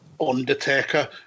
Undertaker